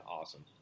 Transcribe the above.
awesome